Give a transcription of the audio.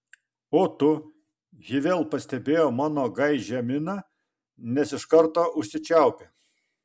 o tu ji vėl pastebėjo mano gaižią miną nes iš karto užsičiaupė